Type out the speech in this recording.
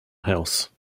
house